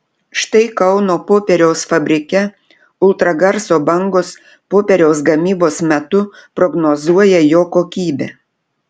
štai kauno popieriaus fabrike ultragarso bangos popieriaus gamybos metu prognozuoja jo kokybę